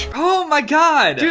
oh my god, dude,